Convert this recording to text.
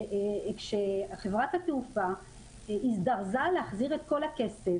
שחברת התעופה הזדרזה להחזיר את כל הכסף